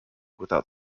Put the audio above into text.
without